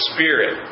Spirit